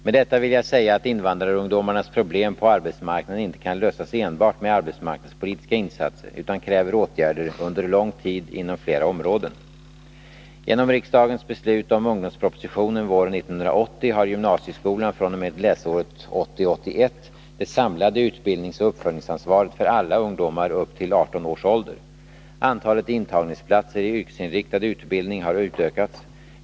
Med detta vill jag säga att invandrarungdomarnas problem på arbetsmarknaden inte kan lösas enbart med arbetsmarknadspolitiska insatser, utan kräver åtgärder under lång tid inom flera områden. Genom riksdagens beslut om ungdomspropositionen våren 1980 har gymnasieskolan fr.o.m. läsåret 1980/81 det samlade utbildningsoch uppföljningsansvaret för alla ungdomar upp till 18 års ålder. Antalet intagningsplatser i yrkesinriktad utbildning har utökats.